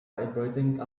vibrating